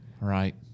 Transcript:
right